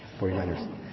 49ers